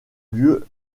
lieu